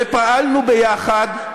ופעלנו ביחד,